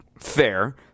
fair